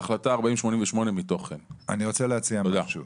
את החלטה 4088. אני רוצה להציע משהו.